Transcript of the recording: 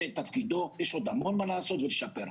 את תפקידו ויש עוד המון מה לעשות ולשפר.